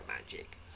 magic